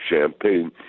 champagne